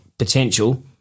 potential